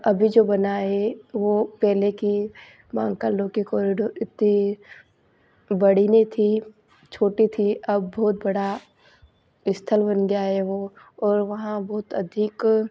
अभी जो बना है वो पहले की वहाँ का लोग की कॉरिडोर इतनी बड़ी नहीं थी छोटी थी अब बहुत बड़ा स्थल बन गया है वो और वहाँ बहुत अधिक